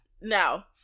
Now